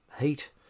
heat